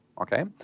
okay